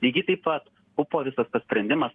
lygiai taip pat pupo visas tas sprendimas